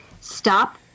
stop